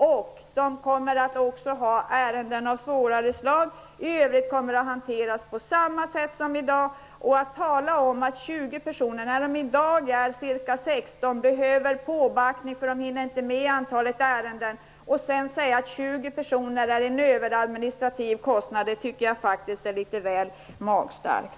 Nämnden kommer också att behandla ärenden av svårare slag. I övrigt kommer frågorna att hanteras på samma sätt som i dag. I dag arbetar ca 16 personer. De behöver påbackning, eftersom de inte hinner med alla ärenden. Att säga att 20 personer skulle medföra en överadministrativ kostnad tycker jag faktiskt är litet väl magstarkt.